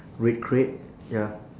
red crate ya